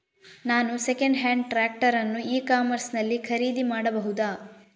ನಾನು second hand tractor ಅನ್ನು e commerce ನಲ್ಲಿ ಖರೀದಿ ಮಾಡಬಹುದಾ?